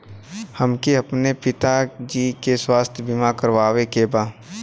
हमके अपने पिता जी के स्वास्थ्य बीमा करवावे के बा?